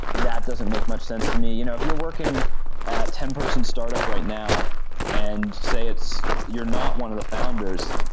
that doesn't make much sense to me you know if you're working at ten person startup right now and say it's you're not one of the founders,